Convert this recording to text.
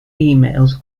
emails